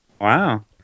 Wow